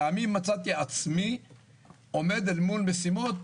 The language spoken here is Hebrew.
פעמים מצאתי עצמי עומד אל מול משימות